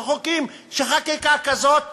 שחקיקה כזאת